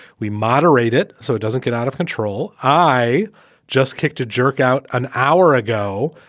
we moderate it so it doesn't get out of control. i just kicked a jerk out an hour ago.